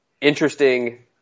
interesting